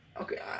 okay